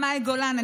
פשוט, פשוט.